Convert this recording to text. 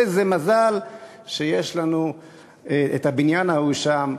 איזה מזל שיש לנו את הבניין ההוא שם,